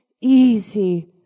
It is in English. easy